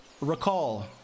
recall